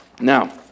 Now